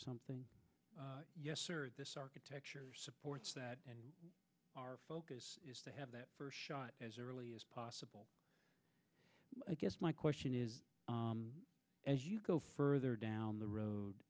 something this architecture supports that and our focus is to have that first shot as early as possible i guess my question is as you go further down the road